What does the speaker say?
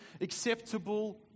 acceptable